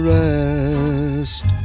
rest